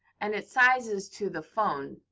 and it sizes to the phone.